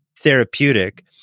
therapeutic